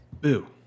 Boo